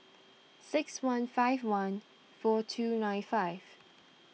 six one five one four two nine five